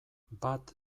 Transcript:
bat